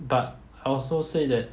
but also said that